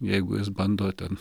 jeigu jis bando ten